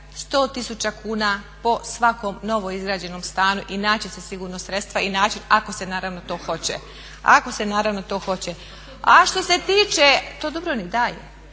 100 000 kuna po svakom novo izgrađenom stanu i naći će se sigurno sredstva i način ako se naravno to hoće. A što se tiče, to Dubrovnik daje.